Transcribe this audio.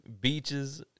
beaches